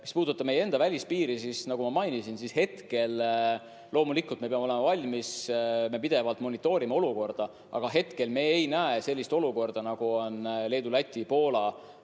puudutab meie enda välispiiri, siis, nagu ma mainisin, loomulikult me peame olema valmis, me pidevalt monitoorime olukorda, aga hetkel me ei näe sellist olukorda, nagu on Leedu, Läti ja